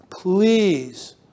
please